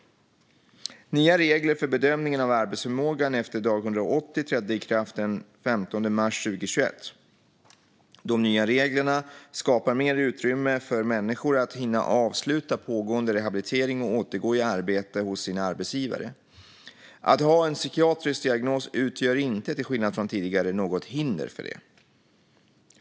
Nya regler för bedömning av arbetsförmåga efter dag 180 trädde i kraft den 15 mars 2021. De nya reglerna skapar mer utrymme för människor att hinna avsluta pågående rehabilitering och återgå i arbete hos sin arbetsgivare. Att ha en psykiatrisk diagnos utgör inte, till skillnad från tidigare, något hinder för det.